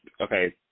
okay